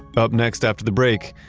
up next after the break,